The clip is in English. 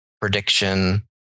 prediction